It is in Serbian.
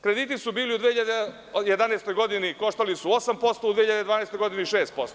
Krediti su u 2011. godini koštali 8%, a u 2012. godini 6%